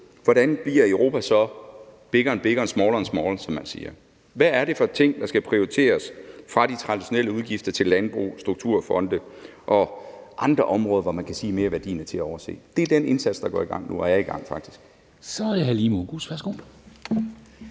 hvordan Europa så bliver bigger and bigger and smaller and smaller, som man siger. Hvad er det for ting, der skal prioriteres, fra de traditionelle udgifter til landbruget, strukturfonde og andre områder, hvor man kan sige, at merværdien er til at overse? Det er den indsats, der faktisk er i gang.